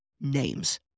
names